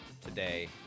today